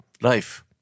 life